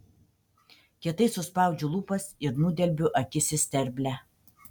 kietai suspaudžiu lūpas ir nudelbiu akis į sterblę